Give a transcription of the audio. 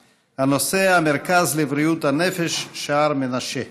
בנושא: המרכז לבריאות הנפש שער מנשה.